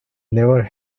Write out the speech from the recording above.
never